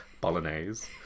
bolognese